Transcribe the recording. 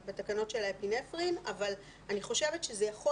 נכון שזה כמו בתקנות של האפינפרין אבל אני חושבת שזה יכול